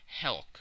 Helk